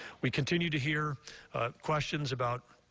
we continue to hear questions about,